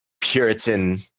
Puritan